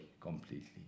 completely